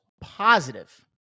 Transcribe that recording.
positive